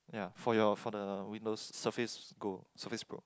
ya for your for the Windows surface go surface pro